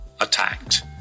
attacked